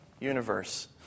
Universe